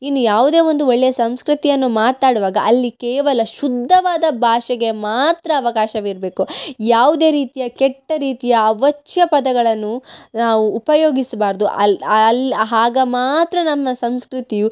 ಇನ್ನು ಯಾವುದೇ ಒಂದು ಒಳ್ಳೆಯ ಸಂಸ್ಕೃತಿಯನ್ನು ಮಾತಾಡುವಾಗ ಅಲ್ಲಿ ಕೇವಲ ಶುದ್ಧವಾದ ಬಾಷೆಗೆ ಮಾತ್ರ ಅವಕಾಶವಿರಬೇಕು ಯಾವುದೇ ರೀತಿಯ ಕೆಟ್ಟ ರೀತಿಯ ಅವಾಚ್ಯ ಪದಗಳನ್ನು ನಾವು ಉಪಯೋಗಿಸಬಾರ್ದು ಅಲ್ಲಿ ಆ ಅಲ್ಲಿ ಆಗ ಮಾತ್ರ ನಮ್ಮ ಸಂಸ್ಕೃತಿಯು